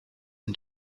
and